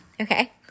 Okay